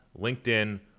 LinkedIn